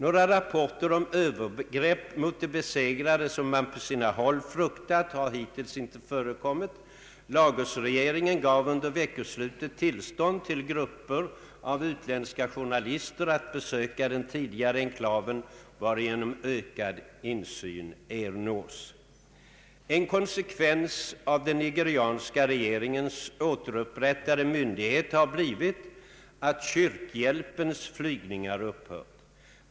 Några rapporter om övergrepp mot de besegrade, som man på sina håll fruktat, har hittills inte förekommit. Lagosregeringen gav under veckoslutet tillstånd till grupper av utländska journalister att besöka den tidigare enklaven, varigenom ökad insyn ernås. En konsekvens av den nigerianska regeringens återupprättade myndighet har blivit att kyrkohjälpens flygningar upphört.